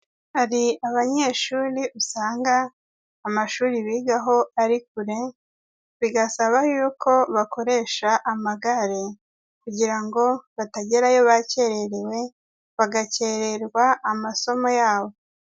Hari abanyeshuri usanga amashuri bigaho ari kure bigasaba yuko bakoresha amagare kugira ngo batagerayo bakererewe bagakererwa amasomo yabo.